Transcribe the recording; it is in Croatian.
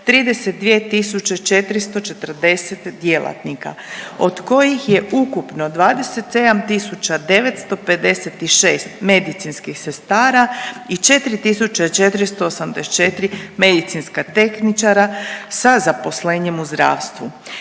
32440 djelatnika od kojih je ukupno 27956 medicinskih sestara i 4484 medicinska tehničara sa zaposlenjem u zdravstvu.